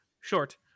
short